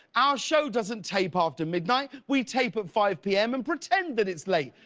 our show doesn't tape after midnight, we tape at five p m. and pretend that it's light.